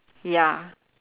ya